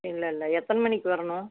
இல்லை இல்லை எத்தனை மணிக்கு வரணும்